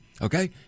Okay